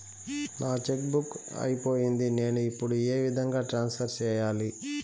నా cheque book అయిపోయింది నేను ఇప్పుడు ఏ విధంగా ట్రాన్స్ఫర్ సేయాలి?